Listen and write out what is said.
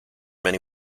many